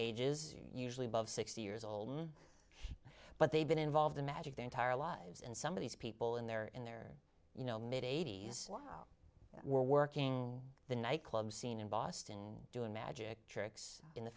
ages usually above sixty years old but they've been involved in magic their entire lives and some of these people in their in their you know mid eighty's working the nightclub scene in boston doing magic tricks in the